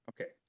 Okay